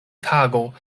tago